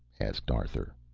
asked arthur.